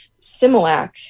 Similac